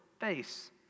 face